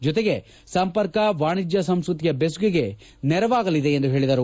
ಜೊತೆಗೆ ಸಂಪರ್ಕ ವಾಣಿಜ್ಯ ಸಂಸ್ವತಿಯ ಬೆಸುಗೆಗೆ ನೆರವಾಗಲಿದೆ ಎಂದು ಹೇಳಿದರು